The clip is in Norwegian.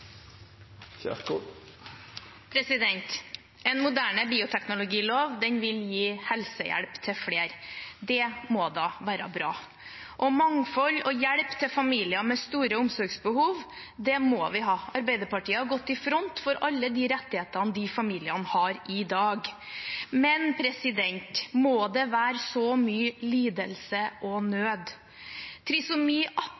En moderne bioteknologilov vil gi helsehjelp til flere. Det må da være bra. Mangfold og hjelp til familier med store omsorgsbehov må vi ha. Arbeiderpartiet har gått i front for alle de rettighetene de familiene har i dag. Men må det være så mye lidelse og